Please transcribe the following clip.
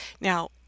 Now